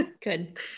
Good